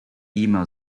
email